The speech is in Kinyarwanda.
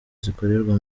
zikorerwa